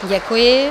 Děkuji.